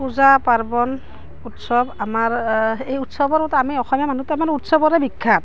পূজা পাৰ্বণ উৎসৱ আমাৰ এই উৎসৱবোৰত আমি অসমীয়া মানুুহটো তাৰমানে উৎসৱৰে বিখ্যাত